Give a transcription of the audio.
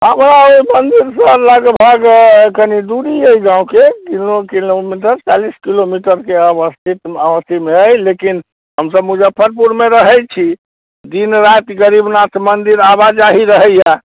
आओर ओइ मन्दिरसँ लगभग कनि दूरी अइ गाँवके तीस किलोमीटर चालीस किलोमीटरके आसपासके अथीमे अइ लेकिन हमसभ मुजफ्फरपुरमे रहै छी दिन राति गरीबनाथ मन्दिर आबा जाही रहैए